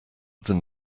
than